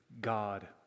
God